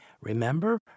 Remember